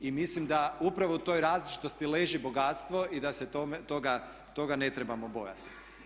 I mislim da upravo u toj različitosti leži bogatstvo i da se toga ne trebamo bojati.